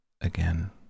Again